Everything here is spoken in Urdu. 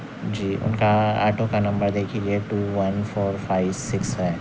جی ان کا آٹو کا نمبر دیکھیے two one four five six five